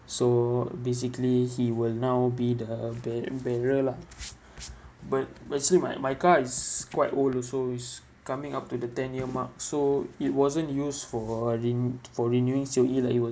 so basically he will now be the bear~ bearer lah but but actually my my car is quite old also it's coming up to the ten-year mark so it wasn't used for renew~ for renewing C_O_E like it were